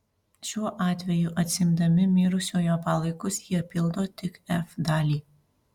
šiuo atveju atsiimdami mirusiojo palaikus jie pildo tik f dalį